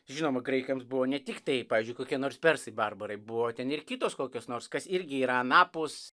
žinoma graikams buvo ne tiktai pavyzdžiui kokia nors persai barbarai buvo ten ir kitos kokios nors kas irgi yra anapus